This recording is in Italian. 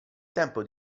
tempo